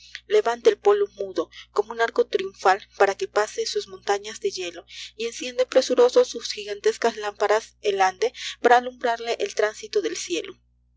levanta el polo mudo como un arco triunfal para que pase sus montafias de hielo y enciende presuroso sus jigantescas lámparas el ande para alumbrarle el tránsito del cielo